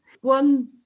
One